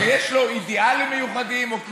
שיש לו אידיאלים מיוחדים, או קיצוניות,